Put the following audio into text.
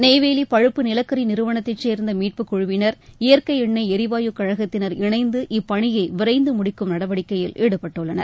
நெய்வேலி பழுப்பு நிலக்கரி நிறுவனத்தை சேர்ந்த மீட்புக்குழுவினர் இயற்கை எண்ணெய் எரிவாயு கழகத்தினர் இணைந்து இப்பணியை விரைந்து முடிக்கும் நடவடிக்கையில் ஈடுபட்டுள்ளனர்